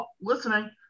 listening